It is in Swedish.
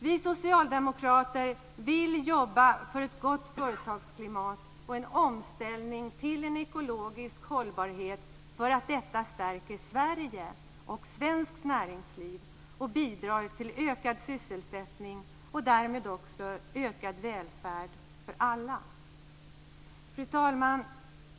Vi socialdemokrater vill jobba för ett gott företagsklimat och en omställning till en ekologisk hållbarhet för att detta stärker Sverige och svenskt näringsliv. Det bidrar till ökad sysselsättning och därmed också till välfärd för alla. Fru talman!